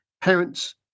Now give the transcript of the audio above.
Parents